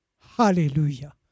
Hallelujah